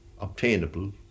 obtainable